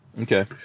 Okay